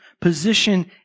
position